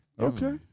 Okay